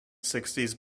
sixties